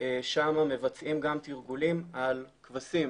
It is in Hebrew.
שם מבצעים גם תרגולים על כבשים,